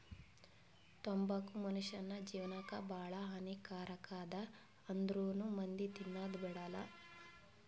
ತಂಬಾಕು ಮುನುಷ್ಯನ್ ಜೇವನಕ್ ಭಾಳ ಹಾನಿ ಕಾರಕ್ ಅದಾ ಆಂದ್ರುನೂ ಮಂದಿ ತಿನದ್ ಬಿಡಲ್ಲ